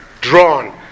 drawn